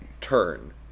turn